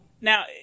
now